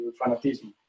fanatismo